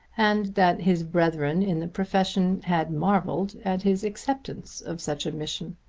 and that his brethren in the profession had marvelled at his acceptance of such a mission.